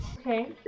Okay